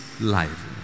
life